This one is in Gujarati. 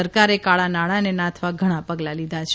સરકારે કાળાનાણાંને નાથવા ઘણા પગલાં લીધાં છે